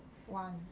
one